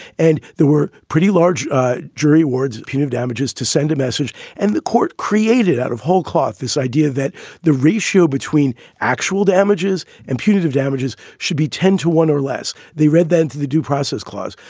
and there were pretty large jury awards, punitive damages to send a message and the court created out of whole cloth. this idea that the ratio between actual damages and punitive damages should be ten to one or less. they read then to the due process clause.